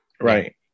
Right